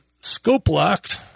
scope-locked